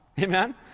Amen